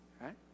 right